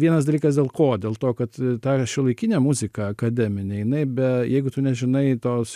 vienas dalykas dėl ko dėl to kad ta šiuolaikinė muzika akademinė jinai be jeigu tu nežinai tos